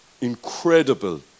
incredible